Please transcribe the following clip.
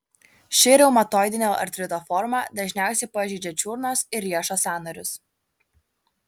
ši reumatoidinio artrito forma dažniausiai pažeidžia čiurnos ir riešo sąnarius